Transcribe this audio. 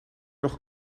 nog